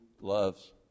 loves